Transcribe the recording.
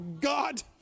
God